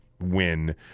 win